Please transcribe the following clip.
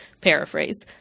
paraphrase